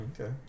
Okay